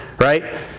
Right